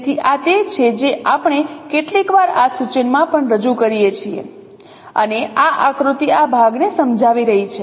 તેથી આ તે છે જે આપણે કેટલીકવાર આ સૂચનમાં પણ રજૂ કરીએ છીએ અને આ આકૃતિ આ ભાગને સમજાવી રહી છે